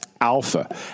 Alpha